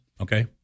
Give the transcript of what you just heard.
Okay